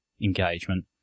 engagement